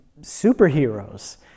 superheroes